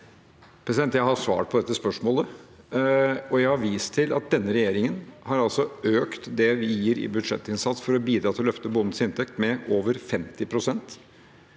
Jeg har svart på dette spørsmålet, og jeg har vist til at denne regjeringen altså har økt det vi gir i budsjettinnsats for å bidra til å løfte bondens inntekt, med over 50 pst.